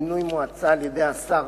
מינוי מועצה על-ידי השר,